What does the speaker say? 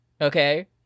Okay